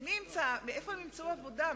איפה הם ימצאו עבודה?